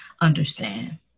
understand